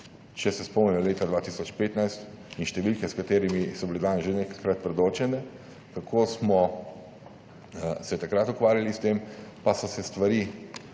Če se spomnimo leta 2015 in številk, ki so bile danes že nekajkrat predočene, kako smo se takrat ukvarjali s tem, pa so se stvari